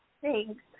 Thanks